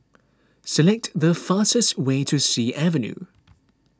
select the fastest way to Sea Avenue